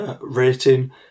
rating